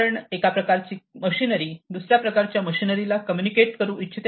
कारण एका प्रकारचे मशिनरी कडून दुसऱ्या प्रकारच्या मशिनरीला कम्युनिकेट करू इच्छिते